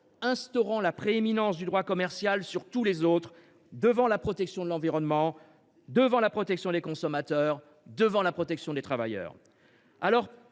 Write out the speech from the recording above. instaurant la prééminence du droit commercial sur tous les autres, devant la protection de l’environnement, devant la protection des consommateurs et devant la protection des travailleurs.